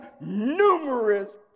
numerous